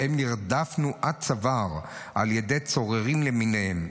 שבהן נרדפנו עד צוואר על ידי צוררים למיניהם,